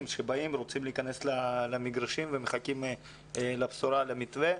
שרוצים להיכנס למגרשים ומחכים לבשורה של המתווה.